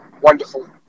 wonderful